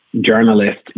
journalist